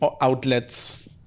outlets